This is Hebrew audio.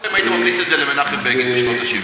מה היה קורה אם היית מציע את זה למנחם בגין בשנות ה-70?